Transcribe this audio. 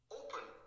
open